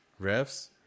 refs